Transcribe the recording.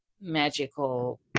magical